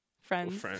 Friends